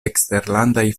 eksterlandaj